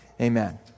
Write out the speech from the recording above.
amen